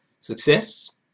Success